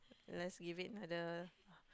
let's give it another